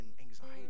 anxiety